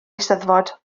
eisteddfod